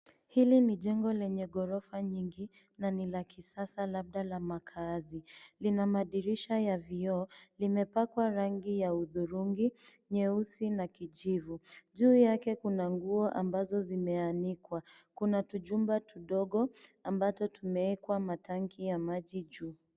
Hili ni jengo lenye ghorofa nyingi na ni la kisasa labda la makazi. Lina madirisha ya vioo. Limepakwa rangi ya hudhurungi, nyeusi na kijivu. Juu yake kuna nguo ambazo zimeanikwa. Kuna tujumba tudogo ambato tumewekwa matanki ya maji juu.